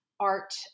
art